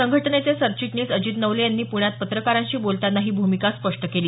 संघटनेचे सरचिटणीस अजित नवले यांनी पुण्यात पत्रकारांशी बोलताना ही भूमिका स्पष्ट केली